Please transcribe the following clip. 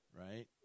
right